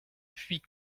puis